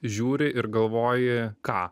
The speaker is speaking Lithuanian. žiūri ir galvoji ką